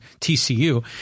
TCU